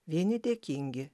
vieni dėkingi